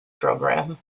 program